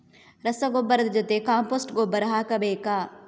ರಸಗೊಬ್ಬರದ ಜೊತೆ ಕಾಂಪೋಸ್ಟ್ ಗೊಬ್ಬರ ಹಾಕಬೇಕಾ?